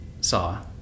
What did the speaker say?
saw